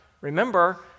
Remember